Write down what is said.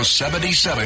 77